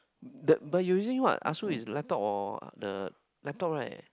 um the but you using what ASUS is laptop or the laptop right